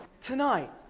Tonight